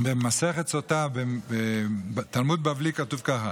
ובמסכת זוטא בתלמוד בבלי כתוב כך,